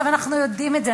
אנחנו יודעים את זה,